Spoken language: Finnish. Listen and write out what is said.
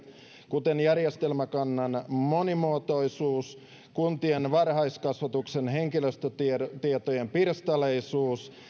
kuten järjestelmäkannan monimuotoisuus kuntien varhaiskasvatuksen henkilöstötietojen pirstaleisuus